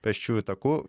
pėsčiųjų taku